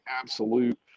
absolute